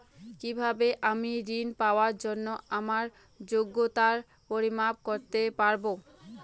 কিভাবে আমি ঋন পাওয়ার জন্য আমার যোগ্যতার পরিমাপ করতে পারব?